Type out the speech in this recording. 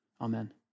Amen